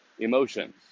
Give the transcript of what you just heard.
Emotions